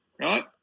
Right